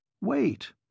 wait